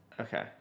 Okay